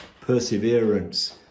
perseverance